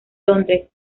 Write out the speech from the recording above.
londres